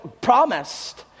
promised